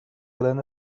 gran